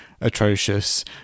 atrocious